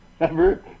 Remember